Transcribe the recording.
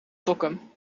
sokken